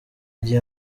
gihe